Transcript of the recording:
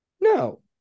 No